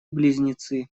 близнецы